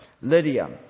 Lydia